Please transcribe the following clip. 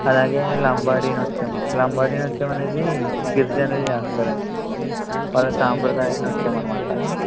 అలాగే లంబాడీ నృత్యం లంబాడీ నృత్యం అనేది గిరిజనులు చేస్తారండి వాళ్ళ సంప్రదాయ నృత్యం అన్నమాట